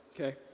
okay